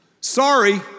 Sorry